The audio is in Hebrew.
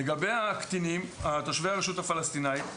לגבי הקטינים תושבי הרשות הפלסטינאית,